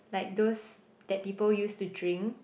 like those that people use to drink